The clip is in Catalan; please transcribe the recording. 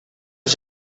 els